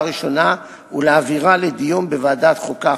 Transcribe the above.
ראשונה ולהעבירה לדיון בוועדת החוקה,